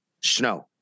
snow